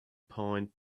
point